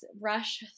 rush